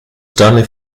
sternly